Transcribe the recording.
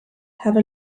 have